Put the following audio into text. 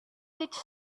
teach